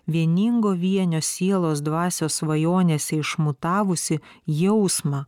vieningo vienio sielos dvasios svajonėse išmutavusį jausmą